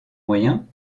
moyens